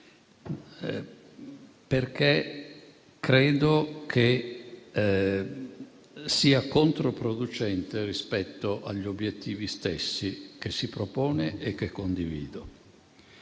perché credo che sia controproducente rispetto agli obiettivi stessi che si propone e che condivido.